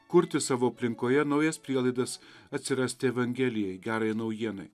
kurti savo aplinkoje naujas prielaidas atsirasti evangelijai gerajai naujienai